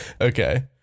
Okay